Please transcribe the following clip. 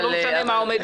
לא משנה מה עומד ממול.